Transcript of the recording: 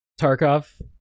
Tarkov